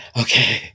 Okay